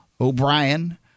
O'Brien